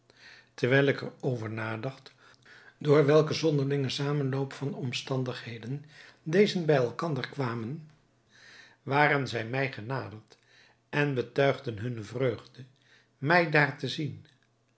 terwijl ik er over nadacht door welken zonderlingen zamenloop van omstandigheden deze bij elkander kwamen waren zij mij genaderd en betuigden hunne vreugde mij daar te zien